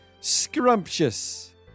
scrumptious